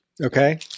Okay